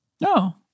No